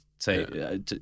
Say